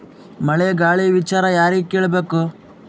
ಮಳೆ ಗಾಳಿ ವಿಚಾರ ಯಾರಿಗೆ ಕೇಳ್ ಬೇಕು?